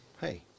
Hey